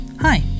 Hi